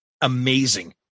amazing